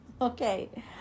Okay